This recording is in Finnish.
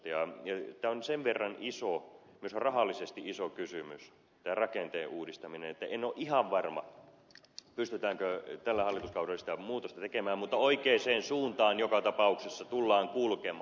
tämä rakenteen uudistaminen on myös rahallisesti sen verran iso kysymys että en ole ihan varma pystytäänkö tällä hallituskaudella sitä muutosta tekemään mutta oikeaan suuntaan joka tapauksessa tullaan kulkemaan